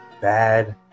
Bad